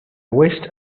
wished